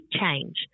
change